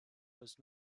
was